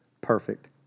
perfect